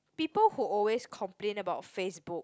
people who always complain about Facebook